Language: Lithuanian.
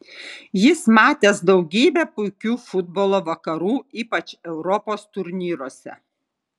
jis matęs daugybę puikių futbolo vakarų ypač europos turnyruose